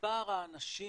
מספר האנשים